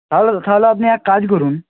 ভালো তো তাহলে আপনি এক কাজ করুন